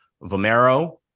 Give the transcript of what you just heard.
vomero